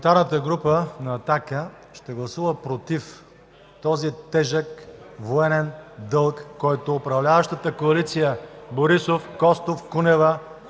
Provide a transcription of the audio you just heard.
Парламентарната група на „Атака“ ще гласува „против“ този тежък военен дълг, който управляващата коалиция: Борисов – Костов – Кунева